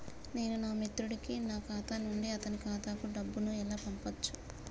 నేను నా మిత్రుడి కి నా ఖాతా నుండి అతని ఖాతా కు డబ్బు ను ఎలా పంపచ్చు?